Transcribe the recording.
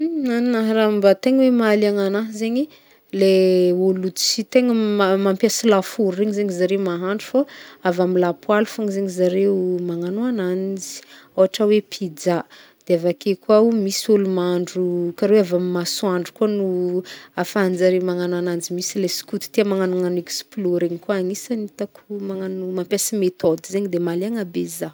Agna, raha mba tegna mahaliagna agnaha zegny le ôlo tsy tegny mampiasa lafaoro regny zegny zare mahandro fô avy amy lapoaly fogny zareo mahandro agn'anjy, ôhatra hoe pizza, de avake koa, de misy ôlo mahandro kare avy a masoandro koa no ahafahan-jareo magnagno agnanjy, misy le skoto tia magnagnognagno explo regny koa agnisan'ny hitako mampiasa metody zay de mba mahaliagna zaho.